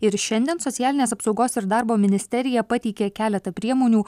ir šiandien socialinės apsaugos ir darbo ministerija pateikė keletą priemonių